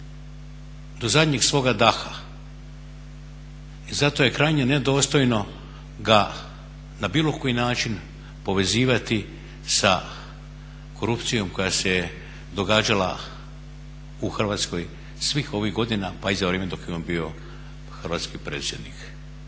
do zadnjeg svoga daha. I zato je krajnje nedostojno ga na bilo koji način povezivati sa korupcijom koja se je događala u Hrvatskoj svih ovih godina pa i za vrijeme dok je on bio hrvatski predsjednik.